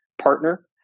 partner